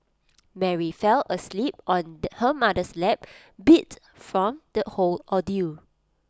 Mary fell asleep on her mother's lap beat from the whole ordeal